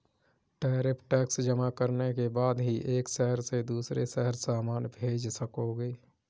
tariff tax जमा करने के बाद ही एक शहर से दूसरे शहर सामान भेज सकोगे